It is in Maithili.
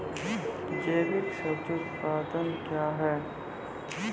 जैविक सब्जी उत्पादन क्या हैं?